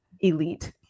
elite